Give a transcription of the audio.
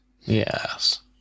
Yes